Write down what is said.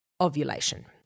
ovulation